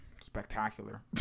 Spectacular